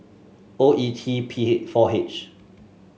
O E T P four H